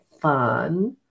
fun